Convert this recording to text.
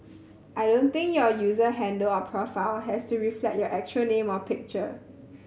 I don't think your user handle or profile has to reflect your actual name or picture